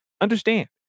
Understand